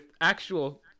actual